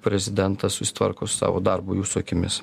prezidentas susitvarko su savo darbu jūsų akimis